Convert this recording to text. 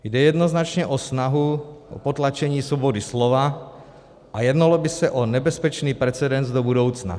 Jde jednoznačně o snahu o potlačení svobody slova a jednalo by se o nebezpečný precedens do budoucna.